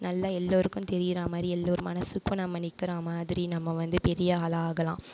நல்லா எல்லோருக்கும் தெரியிராமாதிரி எல்லோர் மனசுக்கும் நம்ம நிற்கிராமாதிரி நம்ம வந்து பெரிய ஆளாகலாம்